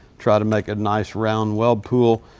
try to make a nice round weld pool.